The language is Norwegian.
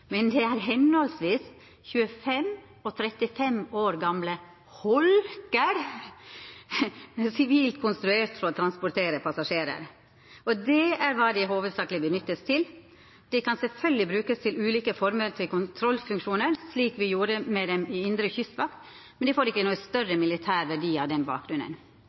men de er henholdsvis 25 og 35 år gamle holker sivilt konstruert for å transportere passasjerer. Og det er hva de hovedsakelig er benyttet til. De kan selvfølgelig brukes til ulike former for kontrollfunksjoner, slik vi gjorde med dem i indre kystvakt, men de får altså ikke noen større militær verdi av den